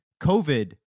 covid